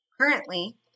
currently